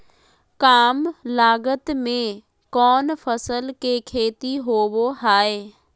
काम लागत में कौन फसल के खेती होबो हाय?